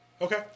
Okay